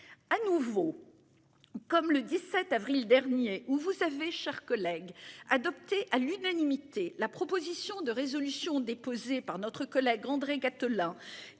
À nouveau. Comme le 17 avril dernier, où vous savez chers collègues adopté à l'unanimité la proposition de résolution déposée par notre collègue André Gattolin